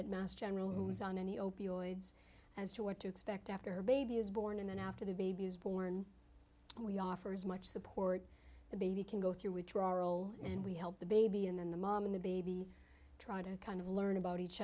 at mass general who is on any opioids as to what to expect after her baby is born and then after the baby is born and we offer as much support the baby can go through withdrawal and we help the baby and then the mom and the baby try to kind of learn about each